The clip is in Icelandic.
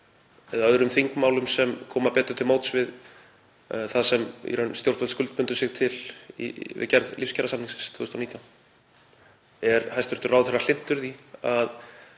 eða öðrum þingmálum sem koma betur til móts við það sem stjórnvöld skuldbundu sig til við gerð lífskjarasamnings 2019? Er hæstv. ráðherra hlynntur því að